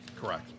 Correct